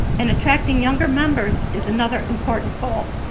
and attracting younger members is another important goal.